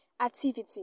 activity